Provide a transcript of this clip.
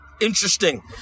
interesting